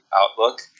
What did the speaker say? outlook